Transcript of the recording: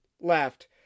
left